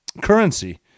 currency